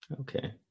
Okay